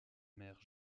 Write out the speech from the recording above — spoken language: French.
mère